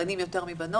בנים יותר מבנות,